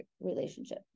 relationship